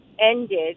ended